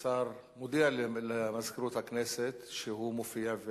ושר מודיע למזכירות הכנסת שהוא מופיע,